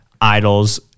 idols